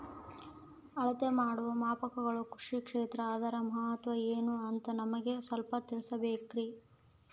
ಅಳತೆ ಮಾಡುವ ಮಾಪನಗಳು ಕೃಷಿ ಕ್ಷೇತ್ರ ಅದರ ಮಹತ್ವ ಏನು ಅಂತ ನಮಗೆ ಸ್ವಲ್ಪ ತಿಳಿಸಬೇಕ್ರಿ?